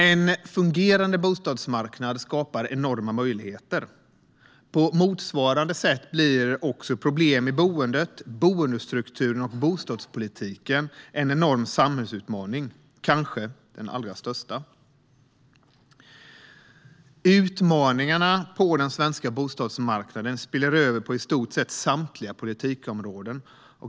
En fungerande bostadsmarknad skapar enorma möjligheter. På motsvarande sätt blir problem i boendet, boendestrukturen och bostadspolitiken en enorm samhällsutmaning - kanske den allra största. Utmaningarna på den svenska bostadsmarknaden spiller över på i stort sett samtliga politikområden.